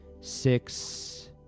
six